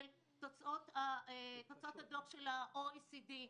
תוצאות הדוח של ה-OECD.